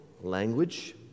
language